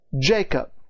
Jacob